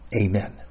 Amen